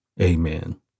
Amen